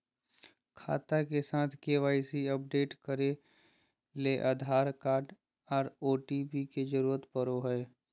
खाता के साथ के.वाई.सी अपडेट करे ले आधार कार्ड आर ओ.टी.पी के जरूरत पड़ो हय